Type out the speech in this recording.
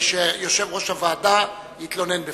שיושב-ראש הוועדה יתלונן בפני.